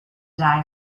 die